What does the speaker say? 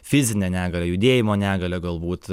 fizinę negalią judėjimo negalią galbūt